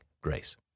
grace